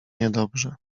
niedobrze